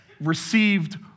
received